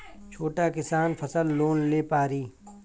छोटा किसान फसल लोन ले पारी?